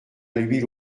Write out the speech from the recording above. l’huile